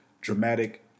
dramatic